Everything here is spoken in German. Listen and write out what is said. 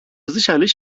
sicherlich